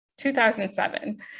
2007